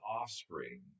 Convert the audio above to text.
offspring